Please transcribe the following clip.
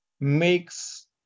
makes